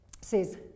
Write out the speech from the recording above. says